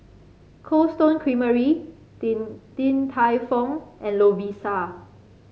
Cold Stone Creamery Din Din Tai Fung and Lovisa